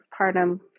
postpartum